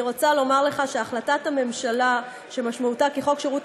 אני רוצה לומר לך שהחלטת הממשלה שמשמעותה כי חוק שירות